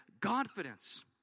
confidence